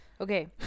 Okay